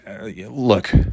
Look